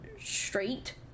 straight